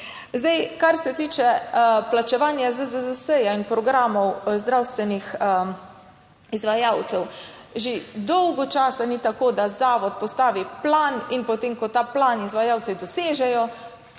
Zdaj, kar se tiče plačevanja ZZZS in programov zdravstvenih izvajalcev. Že dolgo časa ni tako, da zavod postavi plan in potem, ko ta plan izvajalci dosežejo,